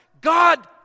God